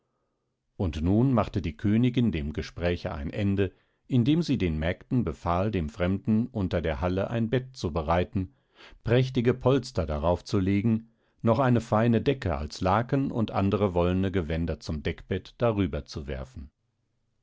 und nun machte die königin dem gespräche ein ende indem sie den mägden befahl dem fremden unter der halle ein bett zu bereiten prächtige polster darauf zu legen noch eine feine decke als laken und andere wollene gewänder zum deckbett darüber zu werfen